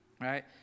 Right